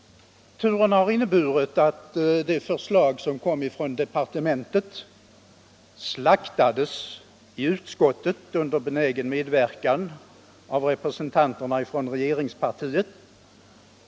Turen har inneburit att det förslag som kom från departementet slaktades i utskottet under benägen medverkan av representanterna för regeringspartiet.